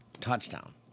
touchdown